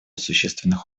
существенных